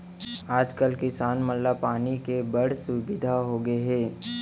आज कल किसान मन ला पानी के बड़ सुबिधा होगे हे